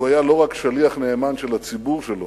הוא היה לא רק שליח נאמן של הציבור שלו,